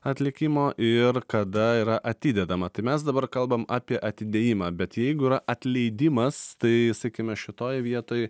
atlikimo ir kada yra atidedama tai mes dabar kalbam apie atidėjimą bet jeigu yra atleidimas tai sakime šitoj vietoj